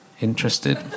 interested